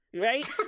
Right